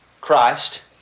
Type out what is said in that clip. Christ